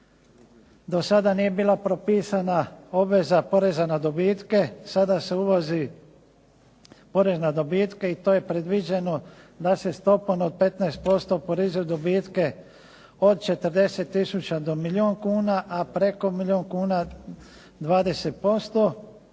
Do sada nije bila propisana obveza poreza na dobitke. Sada se uvodi porez na dobitke i to je predviđeno da se stopom od 15% oporezuje dobitke od 40000 do milijun kuna, a preko milijun kuna 20%.